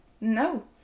No